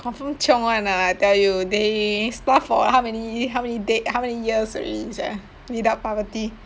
confirm chiong [one] ah I tell you they starve for how many how many day how many years already sia without bubble tea